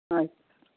ಹಾಂ ಸರ್